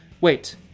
wait